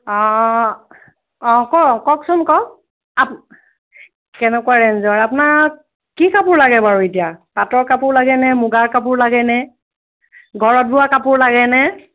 অঁ অঁ কওক কওকচোন কওক কেনেকুৱা ৰেঞ্জৰ আপোনাক কি কাপোৰ লাগে বাৰু এতিয়া পাটৰ কাপোৰ লাগেনে মুগাৰ কাপোৰ লাগেনে ঘৰত বোৱা কাপোৰ লাগেনে